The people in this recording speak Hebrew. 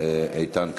איתן כבל.